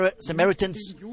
Samaritans